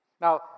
Now